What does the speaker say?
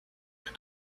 and